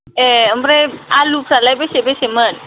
ए ओमफ्राय आलुफ्रालाय बेसे बेसेमोन